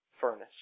furnace